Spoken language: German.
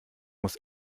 muss